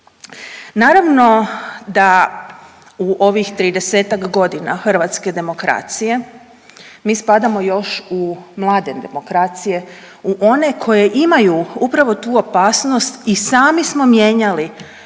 Naravno da u ovih 30-tak godina hrvatske demokracije mi spadamo još u mlade demokracije, u one koje imaju upravo tu opasnost i sami smo mijenjali svoj